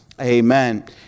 Amen